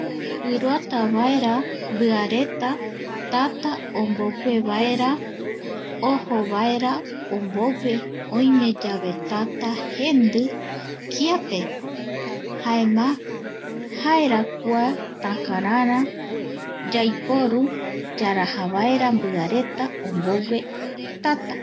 Guiroata vaera mbiareta, tata ombogue vaera, ojo vaera ombogue oime yave tata jendi kiape, jaema jaera. Kua takarara yaiporu yaraja vaera mbiareta ombogue tata.